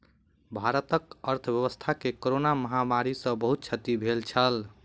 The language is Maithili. भारतक अर्थव्यवस्था के कोरोना महामारी सॅ बहुत क्षति भेल छल